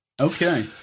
Okay